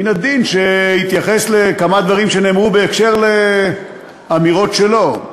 מן הדין שיתייחס לכמה דברים שנאמרו בקשר לאמירות שלו.